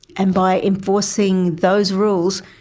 and by enforcing those rules,